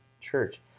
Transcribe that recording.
Church